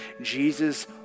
Jesus